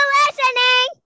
listening